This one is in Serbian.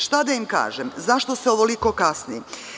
Šta da im kažem zašto se ovoliko kasni?